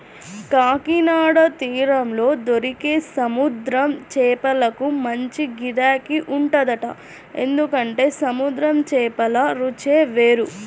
కాకినాడ తీరంలో దొరికే సముద్రం చేపలకు మంచి గిరాకీ ఉంటదంట, ఎందుకంటే సముద్రం చేపల రుచే వేరు